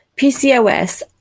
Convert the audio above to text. PCOS